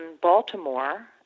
Baltimore